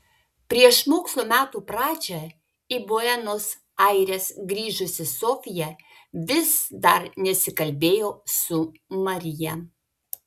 prieš mokslo metų pradžią į buenos aires grįžusi sofija vis dar nesikalbėjo su marija